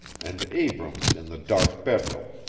and abrams in the dark bedroom,